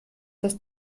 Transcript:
das